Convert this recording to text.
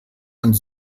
und